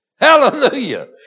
Hallelujah